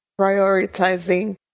prioritizing